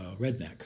redneck